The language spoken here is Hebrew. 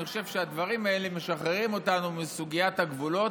אני חושב שהדברים האלה משחררים אותנו מסוגיית הגבולות,